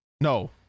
no